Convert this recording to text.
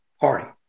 party